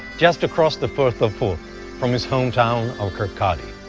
just across the firth of forth from his hometown of kirkcaldy.